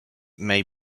may